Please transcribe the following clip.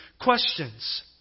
questions